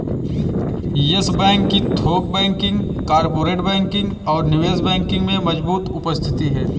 yes Bank की थोक banking, corporate banking और निवेश बैंकिंग में मजबूत उपस्थिति है